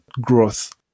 growth